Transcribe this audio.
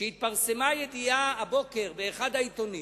שהתפרסמה הבוקר ידיעה באחד העיתונים